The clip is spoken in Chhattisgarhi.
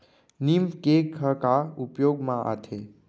नीम केक ह का उपयोग मा आथे?